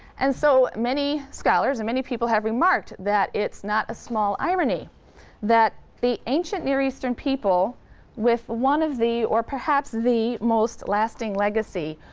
and so many scholars, and many people, have remarked that it's not a small irony that the ancient near eastern people with one of the, or perhaps the most lasting legacy,